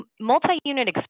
multi-unit